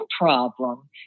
problem